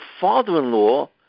father-in-law